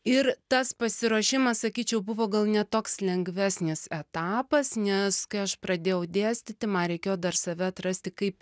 ir tas pasiruošimas sakyčiau buvo gal ne toks lengvesnis etapas nes kai aš pradėjau dėstyti man reikėjo dar save atrasti kaip